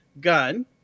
gun